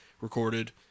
recorded